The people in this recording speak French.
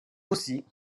aussi